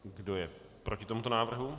Kdo je proti tomuto návrhu?